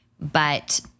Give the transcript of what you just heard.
but-